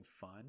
fun